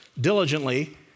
diligently